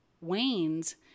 wanes